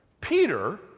Peter